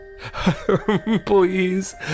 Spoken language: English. Please